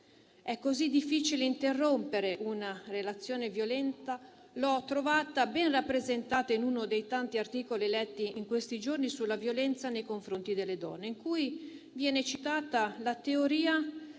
ha così difficile interrompere una relazione violenta l'ho trovata ben rappresentata in uno dei tanti articoli letti in questi giorni sulla violenza nei confronti delle donne, in cui viene citata la teoria